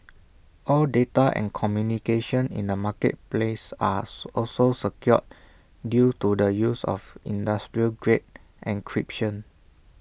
all data and communication in the marketplace are also secure due to the use of industrial grade encryption